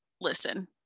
listen